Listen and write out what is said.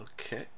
okay